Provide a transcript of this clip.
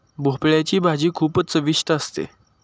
भोपळयाची भाजी खूपच चविष्ट असते